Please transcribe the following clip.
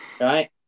right